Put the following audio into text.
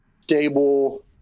stable